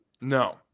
No